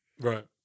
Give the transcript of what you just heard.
Right